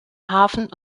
hafen